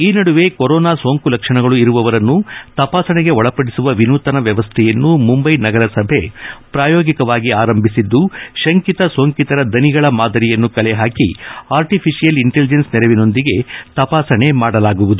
ಈ ನಡುವೆ ಕೊರೊನಾ ಸೋಂಕು ಲಕ್ಷಣಗಳು ಇರುವವರನ್ನು ತಪಾಸಣೆಗೆ ಒಳಪಡಿಸುವ ವಿನೂತನ ವ್ಯವಸ್ಥೆಯನ್ನು ಮುಂಬೈ ನಗರಸಭೆ ಪ್ರಾಯೋಗಿಕವಾಗಿ ಆರಂಭಿಸಿದ್ದು ಶಂಕಿತ ಸೋಂಕಿತರ ದನಿಗಳ ಮಾದರಿಯನ್ನು ಕಲೆ ಹಾಕಿ ಆರ್ಟಿಫಿಶಿಯಲ್ ಇಂಟೆಲಿಜೆನ್ಸ್ ನೆರವಿನೊಂದಿಗೆ ತಪಾಸಣೆ ಮಾಡಲಾಗುವುದು